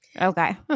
Okay